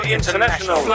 International